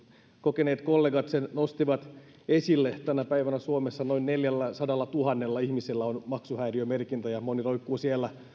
kokeneet kollegat sen nostivat esille tänä päivänä suomessa noin neljälläsadallatuhannella ihmisellä on maksuhäiriömerkintä ja moni roikkuu siellä